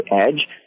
edge